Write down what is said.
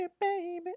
baby